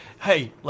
hey